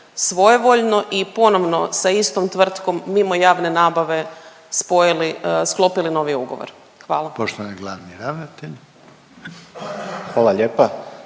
svojevoljno i ponovno sa istom tvrtkom mimo javne nabave sklopili novi ugovor? Hvala.